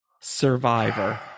survivor